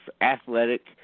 athletic